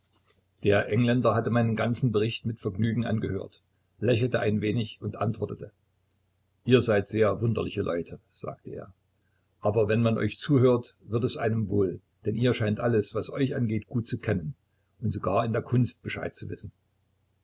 der engländer hatte meinen ganzen bericht mit vergnügen angehört lächelte ein wenig und antwortete ihr seid sehr wunderliche leute sagte er aber wenn man euch zuhört wird es einem wohl denn ihr scheint alles was euch angeht gut zu kennen und sogar in der kunst bescheid zu wissen